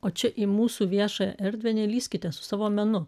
o čia į mūsų viešąją erdvę nelįskite su savo menu